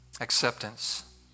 acceptance